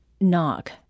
knock